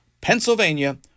Pennsylvania